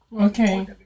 Okay